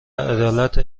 عدالت